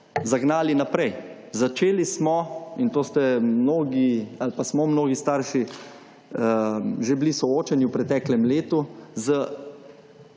zagnali naprej. Začeli smo in to ste mnogi ali pa smo mnogi starši že bili soočeni v prejšnjem letu